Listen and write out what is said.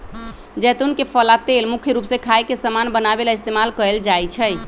जैतुन के फल आ तेल मुख्य रूप से खाए के समान बनावे ला इस्तेमाल कएल जाई छई